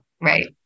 Right